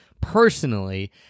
personally